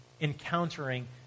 encountering